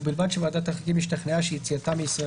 ובלבד שוועדת החריגים השתכנעה שיציאתם מישראל